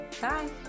Bye